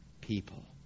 people